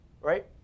right